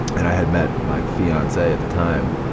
and i had met my fiancee at the time,